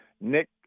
Nick